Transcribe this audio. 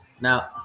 Now